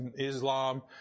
Islam